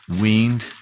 weaned